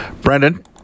Brendan